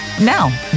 Now